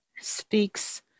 speaks